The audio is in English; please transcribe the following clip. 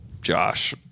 Josh